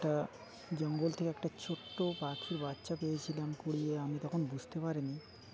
একটা জঙ্গল থেকে একটা ছোট্টো পাখি বাচ্চা পেয়েছিলাম কুড়িয়ে আমি তখন বুঝতে পারিনি